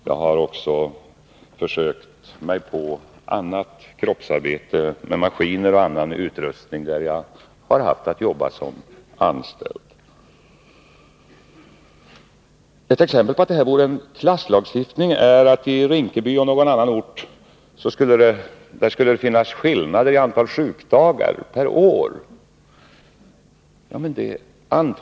Jag har också försökt mig på annat kroppsarbete, med maskiner och annan utrustning, där jag har haft att jobba som anställd. Ett exempel på att införande av karensdagar vore en klasslagstiftning är enligt Olof Palme att det skulle finnas skillnader i antal sjukdagar per år mellan Rinkeby och någon annan ort.